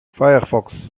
firefox